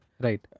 Right